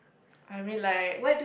I mean like